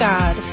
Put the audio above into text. God